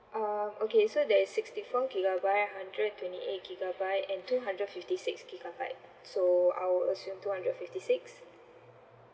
um okay so there is sixty four gigabyte hundred and twenty eight gigabyte and two hundred fifty sixty gigabyte so I would assume two hundred fifty six